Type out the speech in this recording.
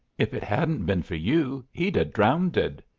if it hadn't been for you he'd ha' drownded.